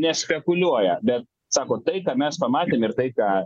nespekuliuoja bet sako tai ką mes pamatėm ir tai ką